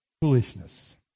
Foolishness